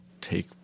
take